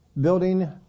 building